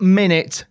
minute